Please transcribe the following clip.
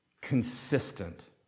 consistent